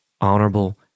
honorable